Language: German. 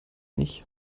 nicht